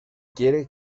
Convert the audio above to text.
quiere